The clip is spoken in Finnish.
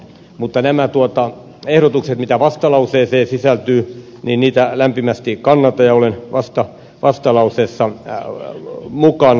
mutta näitä ehdotuksia mitä vastalauseeseen sisältyy lämpimästi kannatan ja olen vastalauseessa mukana